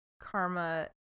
karma